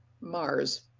Mars